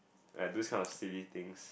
like do this kind of silly things